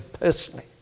personally